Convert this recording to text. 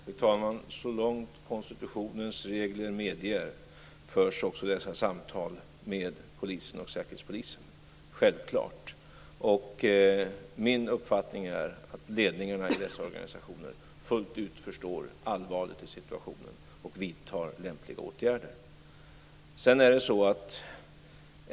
Fru talman! Så långt konstitutionens regler medger förs också dessa samtal med polisen och säkerhetspolisen. Det är självklart. Min uppfattning är att ledningarna i dessa organisationer fullt ut förstår allvaret i situationen och vidtar lämpliga åtgärder.